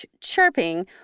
chirping